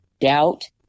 doubt